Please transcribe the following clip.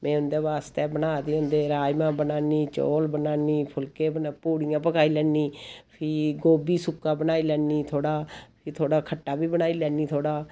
में उं'दे बास्तै बना दे होंदे राजमां बनान्नी चौल बनान्नी फुल्के पूड़ियां पकाई लैन्नी फ्ही गोभी सुक्का बनाई लैन्नी थोह्ड़ा फ्ही थोह्ड़ा खट्टा बी बनाई लैन्नी थोह्ड़ा